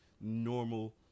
normal